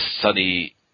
sunny